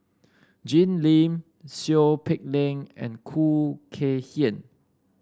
Jim Lim Seow Peck Leng and Khoo Kay Hian